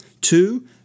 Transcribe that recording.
Two